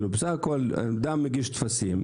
בסך הכול אדם מגיש טפסים,